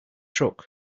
truck